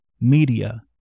media